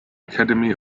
academy